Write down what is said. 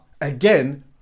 again